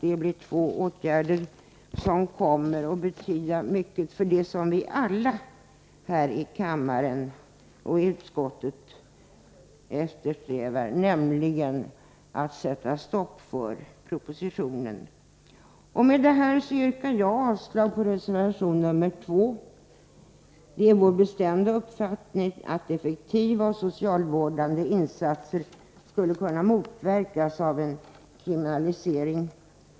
Det är två åtgärder som vi tror kommer att betyda mycket för det som vi alla i utskottet och här i kammaren eftersträvar, nämligen att sätta stopp för prostitutionen. Med det här yrkar jag avslag på reservation nr 2. Det är vår bestämda uppfattning att effektiva och socialvårdande insatser skulle kunna motverkas av en kriminalisering.